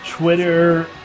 Twitter